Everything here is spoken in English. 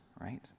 right